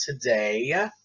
today